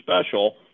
special